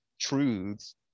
truths